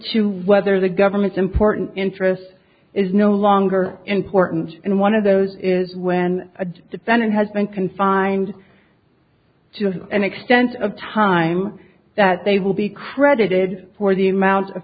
to whether the government's important interests is no longer important and one of those is when a defendant has been confined to an extent of time that they will be credited for the amount of